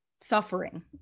suffering